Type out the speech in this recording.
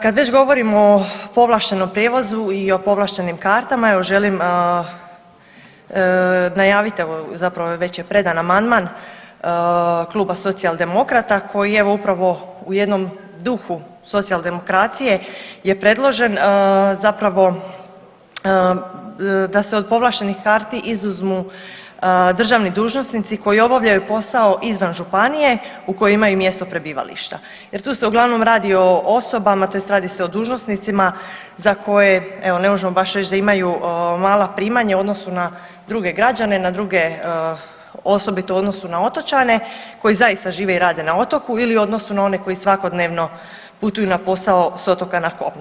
Kad već govorimo o povlaštenom prijevozu i o povlaštenim kartama evo želim najaviti evo već je predan amandman Kluba Socijaldemokrata koji evo upravo u jednom duhu socijaldemokracije je predložen zapravo da se od povlaštenih karti izuzmu državni dužnosnici koji obavljaju posao izvan županije u kojoj imaju mjesto prebivališta jer tu se uglavnom radi o osobama tj. radi se o dužnosnicima za koje evo ne možemo baš reći da imaju mala primanja u odnosu na druge građane, na druge osobito u odnosu na otočane koji zaista žive i rade na otoku ili u odnosu na one koji svakodnevno putuju na posao s otoka na kopno.